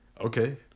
Okay